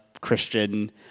Christian